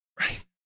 Right